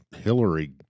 Hillary